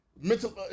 mental